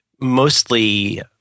mostly